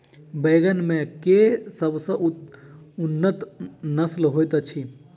बैंगन मे केँ सबसँ उन्नत नस्ल होइत अछि?